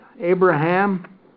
Abraham